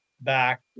back